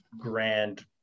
grand